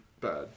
bad